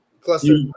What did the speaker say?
Cluster